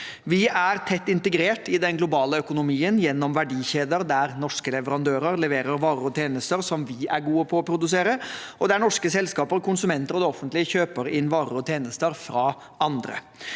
Vi er tett integrert i den globale økonomien gjennom verdikjeder der norske leverandører leverer varer og tjenester som vi er gode på å produsere, og der norske selskaper, konsumenter og det offentlige kjøper inn varer og tjenester fra andre.